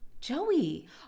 Joey